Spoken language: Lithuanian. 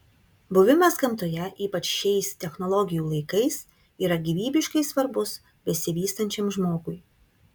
buvimas gamtoje ypač šiais technologijų laikais yra gyvybiškai svarbus besivystančiam žmogui